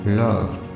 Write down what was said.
love